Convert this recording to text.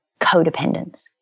codependence